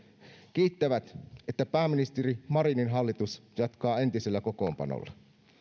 kiittävät että pääministeri marinin hallitus jatkaa entisellä kokoonpanolla